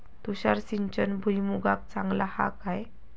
तुषार सिंचन भुईमुगाक चांगला हा काय?